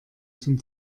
zum